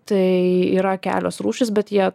tai yra kelios rūšys bet jie